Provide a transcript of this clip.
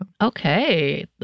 Okay